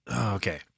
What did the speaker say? okay